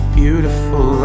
beautiful